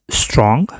strong